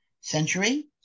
century